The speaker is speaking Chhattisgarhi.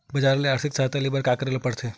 बजार ले आर्थिक सहायता ले बर का का करे ल पड़थे?